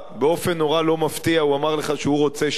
באופן נורא לא מפתיע הוא אמר לך שהוא רוצה שלום.